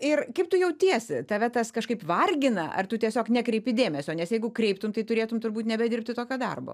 ir kaip tu jautiesi tave tas kažkaip vargina ar tu tiesiog nekreipi dėmesio nes jeigu kreiptum tai turėtum turbūt nebedirbti tokio darbo